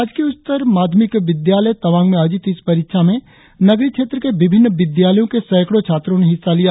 राजकीय उच्चतर माध्यमिक विद्यालय तवांग में आयोजित इस परीक्षा में नगरीय क्षेत्र के विभिन्न विद्यालयो के सैकड़ो छात्रो ने हिस्सा लिया